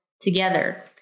together